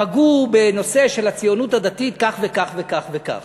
פגעו בנושא של הציונות הדתית, כך וכך וכך וכך.